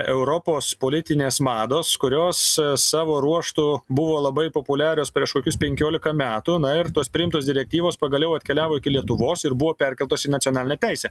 europos politinės mados kurios savo ruožtu buvo labai populiarios prieš kokius penkiolika metų na ir tos priimtos direktyvos pagaliau atkeliavo iki lietuvos ir buvo perkeltos į nacionalinę teisę